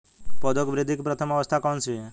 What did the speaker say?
पौधों की वृद्धि की प्रथम अवस्था कौन सी है?